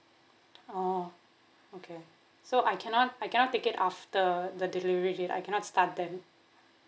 oh okay so I cannot I cannot take it after the delivery date I cannot start then